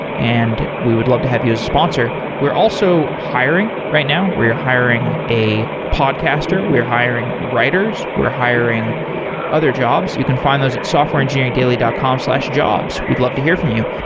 and we would love to have you as a sponsor. we're also hiring right now. we're hiring a podcaster. we're hiring writers. we're hiring other jobs. you can find us at softwareengineeringdaily dot com slash jobs. we'd love to hear from you.